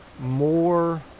more